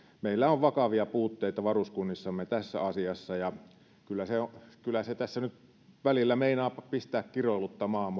meillä on vakavia puutteita varuskunnissamme tässä asiassa se tässä välillä meinaa pistää kiroiluttamaan